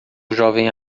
jovem